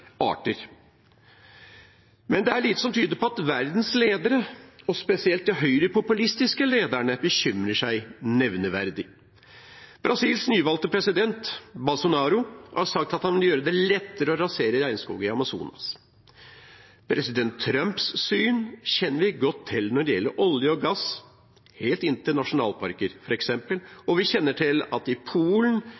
arter. Men det er lite som tyder på at verdens ledere, og spesielt de høyrepopulistiske lederne, bekymrer seg nevneverdig. Brasils nyvalgte president Bolsonaro har sagt at han vil gjøre det lettere å rasere regnskog i Amazonas. President Trumps syn når det gjelder olje og gass helt inntil nasjonalparker